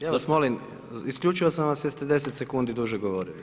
Ja vas molim, isključio sam vas jer ste 10 sekundi dulje govorili.